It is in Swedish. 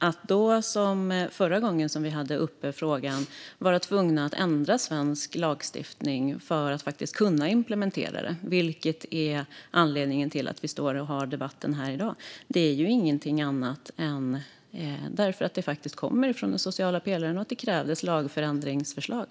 Att vi skulle bli tvungna att ändra svensk lagstiftning för att kunna implementera det här är anledningen till att vi debatterar i dag, liksom det var det förra gången vi hade frågan uppe. Det kommer faktiskt från den sociala pelaren, och det kräver lagändringsförslag.